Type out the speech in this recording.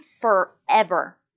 forever